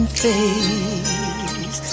face